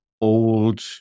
old